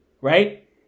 right